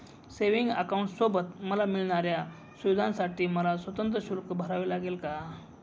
Savings अकाउंटसोबत मला मिळणाऱ्या सुविधांसाठी मला स्वतंत्र शुल्क भरावे लागेल का?